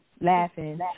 laughing